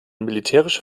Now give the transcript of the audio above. militärische